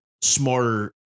smarter